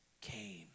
came